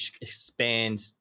expand